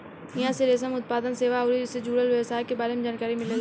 इहां से रेशम के उत्पादन, सेवा अउरी ऐइसे जुड़ल व्यवसाय के बारे में जानकारी मिलेला